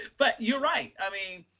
but you're right. i mean,